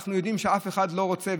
אנחנו יודעים שאף אחד לא רוצה,